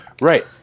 Right